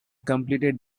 completed